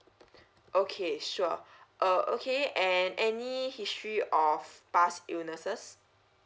okay sure uh okay and any history of past illnesses